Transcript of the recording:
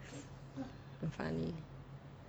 quite funny